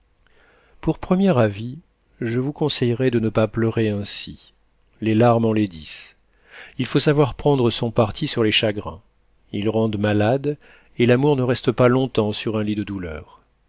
pour premier avis je vous conseillerai de ne pas pleurer ainsi les larmes enlaidissent il faut savoir prendre son parti sur les chagrins ils rendent malade et l'amour ne reste pas longtemps sur un lit de douleur